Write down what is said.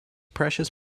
precious